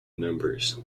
members